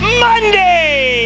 Monday